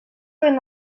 ben